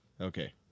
Okay